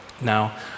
Now